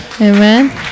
Amen